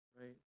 right